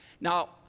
Now